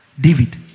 David